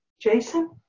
Jason